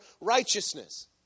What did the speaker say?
righteousness